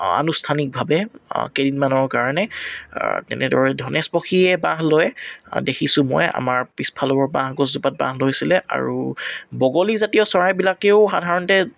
আনুষ্ঠানিকভাৱে কেইদিনমানৰ কাৰণে আৰু তেনেদৰে ধনেশ পক্ষীয়ে বাঁহ লয় দেখিছোঁ মই আমাৰ পিছফালৰ বাঁহ গছজোপাত বাঁহ লৈছিলে আৰু বগলীজাতীয় চৰাইবিলাকেও সাধাৰণতে